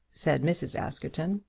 said mrs. askerton.